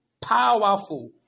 powerful